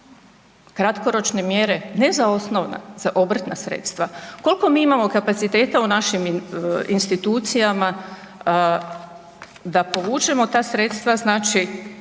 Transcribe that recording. Kratkoročne mjere, ne za osnovna, za obrtna sredstva. Kolko mi imamo kapaciteta u našim institucijama da povučemo ta sredstva znači